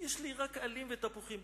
יש לי רק עלים ותפוחים.